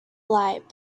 light